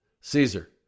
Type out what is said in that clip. Caesar